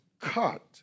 cut